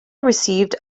received